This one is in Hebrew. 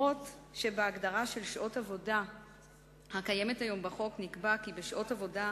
אומנם בהגדרה של שעות עבודה הקיימת היום בחוק נקבע כי בשעות עבודה